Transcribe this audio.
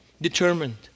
determined